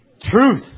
truth